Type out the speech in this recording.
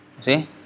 See